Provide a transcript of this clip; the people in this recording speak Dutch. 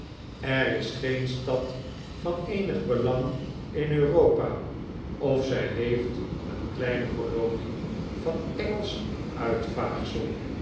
er is geen stad van eenig belang in europa of zij heeft een kleine kolonie van engelsch